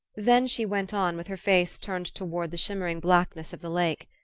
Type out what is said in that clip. then she went on, with her face turned toward the shimmering blackness of the lake,